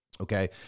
okay